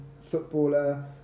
footballer